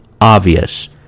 obvious